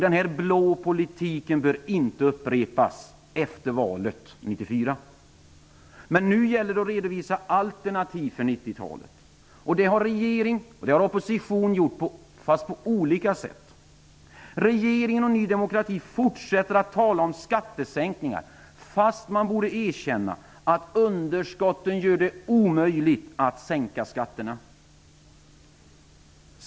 Den blå politiken bör inte upprepas efter valet 1994. Nu gäller det att redovisa alternativ för 1990-talet. Det har regering och opposition gjort på olika sätt. Regeringen och Ny demokrati fortsätter att tala om skattesänkningar trots att man borde erkänna att underskotten gör det omöjligt att sänka skatterna.